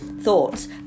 thoughts